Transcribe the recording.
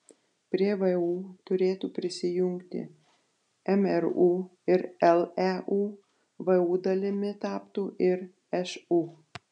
prie vu turėtų prisijungti mru ir leu vu dalimi taptų ir šu